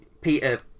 Peter